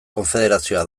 konfederazioa